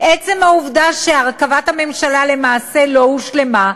עצם העובדה שהרכבת הממשלה למעשה לא הושלמה,